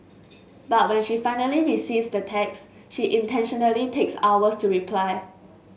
but when she finally receives the text she intentionally takes hours to reply